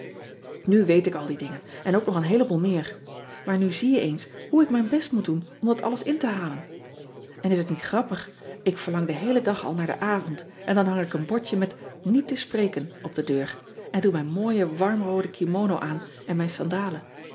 u weet ik al die dingen en ook nog een heeleboel meer maar nu zie je eens hoe ik mijn best moet doen om dat alles in te halen n is het niet grappig ik verlang den heelen dag al naar den avond en dan hang ik een bordje met iet te spreken op de deur en doe mijn mooie warmroode kimono aan en mijn sandalen